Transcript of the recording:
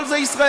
כל זה ישראלי.